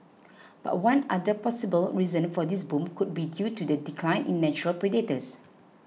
but one other possible reason for this boom could be due to the decline in natural predators